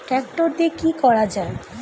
Tractor দিয়ে কি করা যায়?